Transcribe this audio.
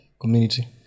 community